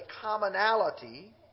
commonality